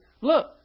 look